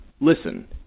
Listen